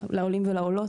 לעולים ולעולות.